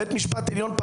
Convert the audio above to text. בית משפט עליון,